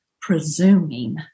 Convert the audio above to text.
presuming